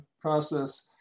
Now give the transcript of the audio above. process